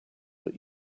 that